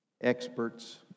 Experts